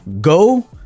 go